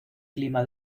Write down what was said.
clima